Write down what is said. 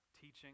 teaching